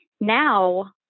Now